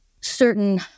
certain